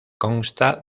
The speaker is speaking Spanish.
consta